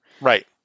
Right